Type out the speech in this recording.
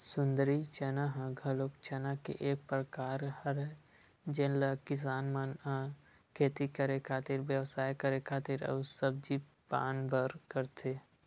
सुंदरी चना ह घलो चना के एक परकार हरय जेन ल किसान मन ह खेती करे खातिर, बेवसाय करे खातिर अउ सब्जी पान बर करथे